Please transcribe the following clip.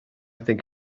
think